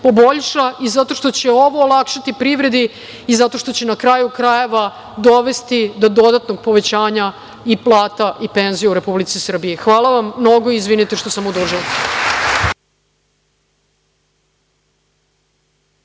i zato što će ovo olakšati privredi i zato što će na kraju krajeva dovesti do dodatnog povećanja i plata i penzija u Republici Srbiji. Hvala vam mnogo i izvinite što sam odužila.